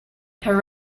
her